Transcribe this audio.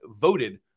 voted